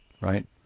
right